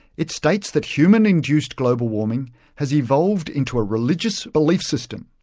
it states that human-induced global warming has evolved into a religious belief system,